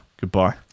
Goodbye